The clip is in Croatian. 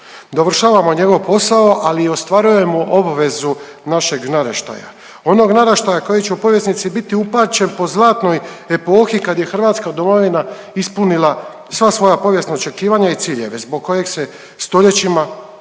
Dovršavamo njegov posao, ali i ostvarujemo obvezu našeg naraštaja, onog naraštaja koji će u povjesnici biti upamćen po zlatnoj epohi kad je hrvatska domovina ispunila sva svoja povijesna očekivanja i ciljeve zbog kojih se stoljećima krvarilo.